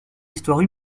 histoires